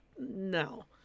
No